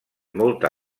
molta